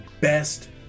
best